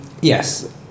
Yes